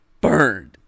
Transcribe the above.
burned